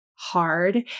Hard